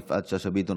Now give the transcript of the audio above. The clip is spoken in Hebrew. יפעת שאשא ביטון,